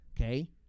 okay